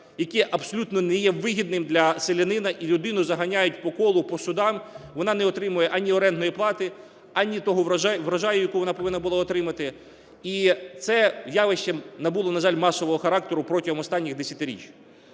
який абсолютно не є вигідним для селянина, і людину ганяють по колу, по судам, вона не отримує ані орендної плати, ані того врожаю, який вона повинна була отримати. І це явище, на жаль, набуло масового характеру протягом останніх десятиріч.